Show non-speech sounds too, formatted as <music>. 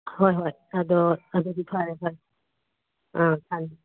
ꯍꯣꯏ ꯍꯣꯏ ꯑꯗꯣ ꯑꯗꯨꯗꯤ ꯐꯔꯦ ꯐꯔꯦ ꯑꯥ <unintelligible>